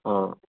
अँ